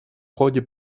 ходе